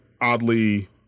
oddly